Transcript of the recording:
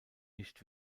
nicht